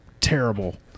terrible